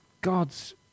God's